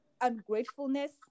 ungratefulness